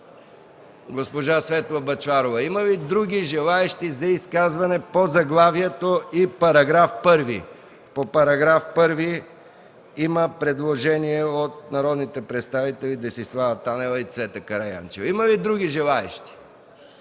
госпожа Светла Бъчварова. Има ли други желаещи за изказвания по заглавието и § 1? По § 1 има предложение от народните представители Десислава Танева и Цвета Караянчева. Има ли други желаещи?